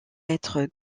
être